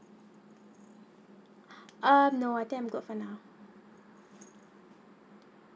err no I think I'm good for now